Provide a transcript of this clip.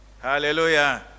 Hallelujah